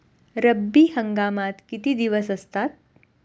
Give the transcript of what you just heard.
रब्बी हंगामात किती दिवस असतात?